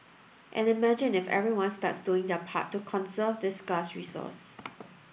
and imagine if everyone starts doing their part to conserve this scarce resource